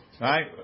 Right